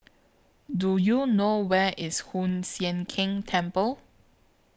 Do YOU know Where IS Hoon Sian Keng Temple